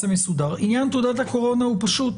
מסודר, עניין תעודת הקורונה הוא פשוט,